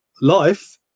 life